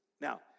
Now